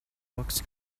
rocks